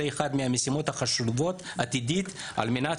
זו אחת המשימות העתידיות החשובות על מנת